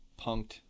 Punked